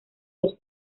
los